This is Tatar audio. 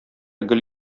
гел